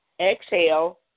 exhale